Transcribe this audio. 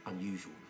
unusual